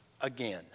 again